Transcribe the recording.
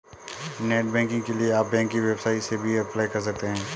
net banking के लिए आप बैंक की वेबसाइट से भी अप्लाई कर सकते है